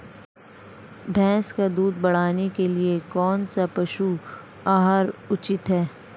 भैंस का दूध बढ़ाने के लिए कौनसा पशु आहार उचित है?